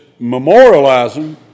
memorializing